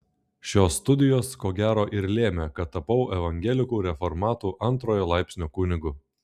šios studijos ko gero ir lėmė kad tapau evangelikų reformatų antrojo laipsnio kunigu